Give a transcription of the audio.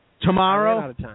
Tomorrow